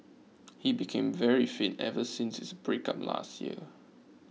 he became very fit ever since his breakup last year